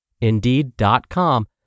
Indeed.com